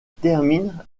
termine